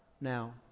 now